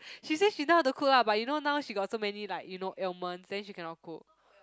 she say she know how to cook lah but you know now she got so many like you know ailment then she cannot cook